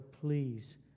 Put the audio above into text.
please